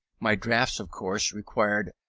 my drafts of course required,